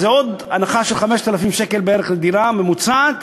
אז זו עוד הנחה של 5,000 שקלים בערך לדירה ממוצעת,